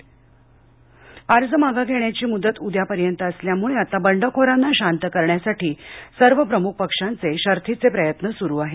ध्रळे अर्ज मागे घेण्याची मुदत उद्यापर्यंत असल्यामुळे आता बंडखोरांना शांत करण्यासाठी सर्व प्रमुख पक्षांचे शर्थीचे प्रयत्न सुरु आहेत